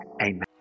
Amen